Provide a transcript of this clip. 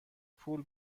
پول